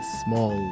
small